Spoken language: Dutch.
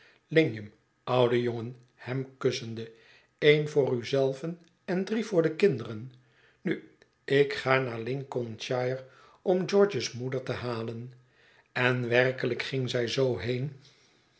lignum oude jongen hem kussende een voor u zelven en drie voor de kinderen nu ik ga naar lincolnshire om george's moeder te halen en werkelijk ging zij zoo heen